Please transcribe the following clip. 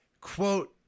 quote